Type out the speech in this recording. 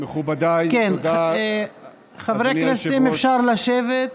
חברי הכנסת, לשבת.